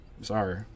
Sorry